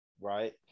Right